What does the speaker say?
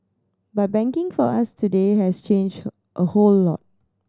but banking for us today has changed a whole lot